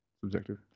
subjective